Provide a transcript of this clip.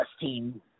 team